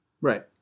right